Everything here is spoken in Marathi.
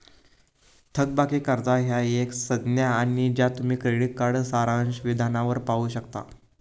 थकबाकी कर्जा ह्या एक संज्ञा असा ज्या तुम्ही क्रेडिट कार्ड सारांश विधानावर पाहू शकता